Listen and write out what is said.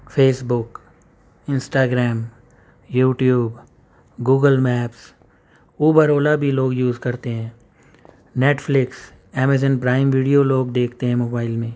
face بک Instagram YouTube Google Maps Uber Ola بھی لوگ use کرتے ہیں Netflix Amazon Prime Video لوگ دیکھتے ہیں موبائل میں